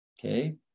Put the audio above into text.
Okay